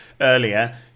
earlier